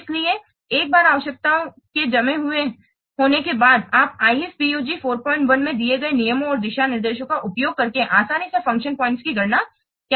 इसलिए एक बार आवश्यकताओं के जमे हुए होने के बाद आप IFPUG 41 में दिए गए नियमों और दिशानिर्देशों का उपयोग करके आसानी से फ़ंक्शन पॉइंट्स की गणना कर सकते हैं